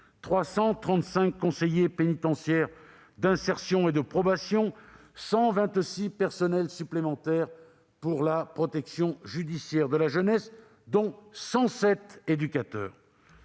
335 conseillers pénitentiaires d'insertion et de probation, 126 personnels supplémentaires pour la protection judiciaire de la jeunesse, dont 107 éducateurs.